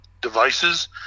devices